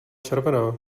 červená